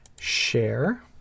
share